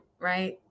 right